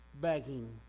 begging